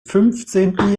fünfzehnten